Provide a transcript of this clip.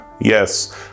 Yes